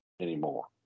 anymore